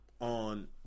on